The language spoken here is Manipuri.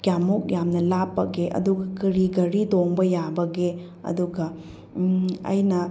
ꯀꯌꯥꯝꯃꯨꯛ ꯌꯥꯝꯅ ꯂꯥꯞꯄꯒꯦ ꯑꯗꯨꯒ ꯀꯔꯤ ꯒꯥꯔꯤ ꯇꯣꯡꯕ ꯌꯥꯕꯒꯦ ꯑꯗꯨꯒ ꯑꯩꯅ